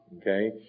Okay